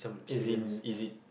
as in is it